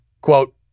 quote